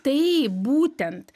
taip būtent